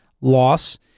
loss